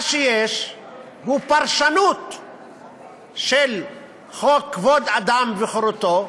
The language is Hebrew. מה שיש הוא פרשנות של חוק כבוד האדם וחירותו,